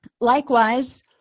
Likewise